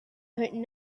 heard